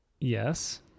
Yes